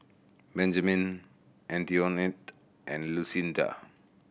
Benjamine Antionette and Lucinda